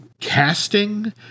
casting